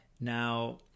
Now